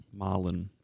Marlon